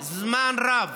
זמן רב